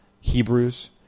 Hebrews